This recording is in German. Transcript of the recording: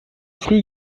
früh